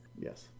Yes